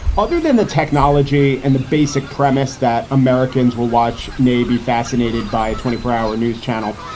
other than the technology and the basic premise that americans will watch nay be fascinated by a twenty four hour news channel.